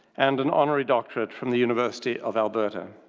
and an honorary doctorate from the university of alberta.